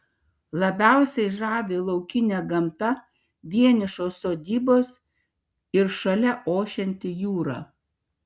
labiausiai žavi laukinė gamta vienišos sodybos ir šalia ošianti jūra